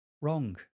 Wrong